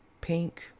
pink